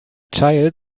child